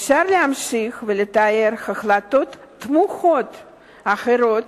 אפשר להמשיך ולתאר החלטות תמוהות אחרות